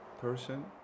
person